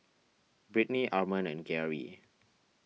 Britny Arman and Geary